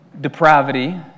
depravity